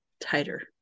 tighter